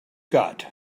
got